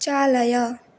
चालय